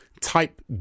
type